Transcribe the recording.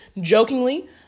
jokingly